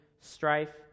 strife